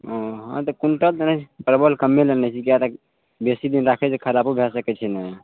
ओ हँ तऽ क्वीन्टल तऽ नहि परबल कमे लेना छै किए तऽ बेसी दिन राखै छै खराबो भए सकै छै ने